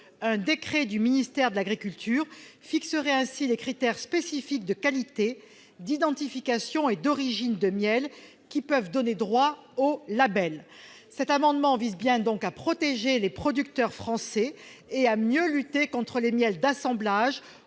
Un décret du ministère de l'agriculture fixerait ainsi les critères spécifiques de qualité, d'identification et d'origine de miel qui peuvent donner droit au label. Cet amendement vise donc bien à protéger les producteurs français et à mieux lutter contre les miels d'assemblage